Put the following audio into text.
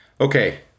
Okay